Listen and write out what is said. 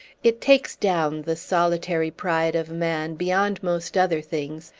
it takes down the solitary pride of man, beyond most other things,